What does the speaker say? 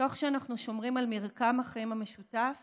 תוך שאנחנו שומרים על מרקם החיים המשותף